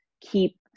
keep